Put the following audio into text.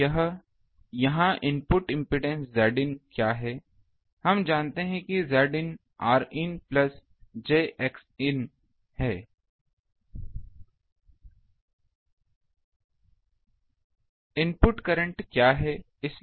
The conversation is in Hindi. तो यह यहां इनपुट इंपेडेंस Zin क्या है हम जानते हैं कि Zin Rin plus j Xin है और इनपुट करंट क्या है